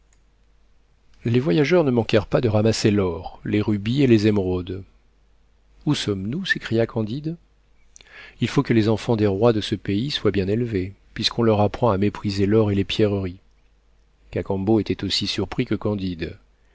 les voyageurs ne manquèrent pas de ramasser l'or les rubis et les émeraudes où sommes-nous s'écria candide il faut que les enfants des rois de ce pays soient bien élevés puisqu'on leur apprend à mépriser l'or et les pierreries cacambo était aussi surpris que candide